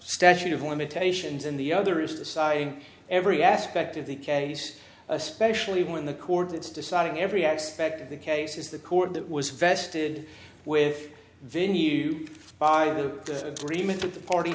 statute of limitations and the other is deciding every aspect of the case especially when the court it's deciding every aspect of the case is the court that was vested with the venue by the remains of the party